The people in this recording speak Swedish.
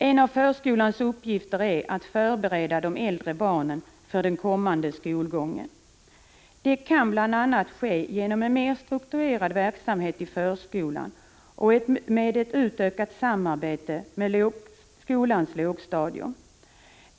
En av förskolans uppgifter är att förbereda de äldre förskolebarnen för den kommande skolgången. Det kan bl.a. ske genom en mer strukturerad verksamhet i förskolan och med ett utökat samarbete med skolans lågstadium.